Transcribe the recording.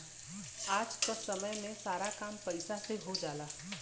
आज क समय में सारा काम पईसा से हो जाला